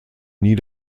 nie